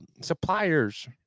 suppliers